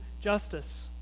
justice